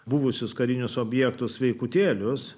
buvusius karinius objektus sveikutėlius